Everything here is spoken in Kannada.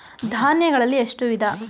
ಧಾನ್ಯಗಳಲ್ಲಿ ಎಷ್ಟು ವಿಧ?